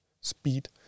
speed